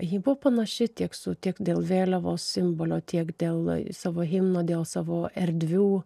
ji buvo panaši tiek su tiek dėl vėliavos simbolio tiek dėl savo himno dėl savo erdvių